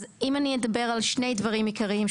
אדבר על שני דברים עיקריים,